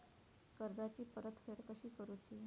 कर्जाची परतफेड कशी करूची?